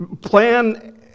Plan